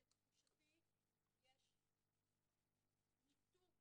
לתחושתי יש ניתוק